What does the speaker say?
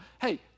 hey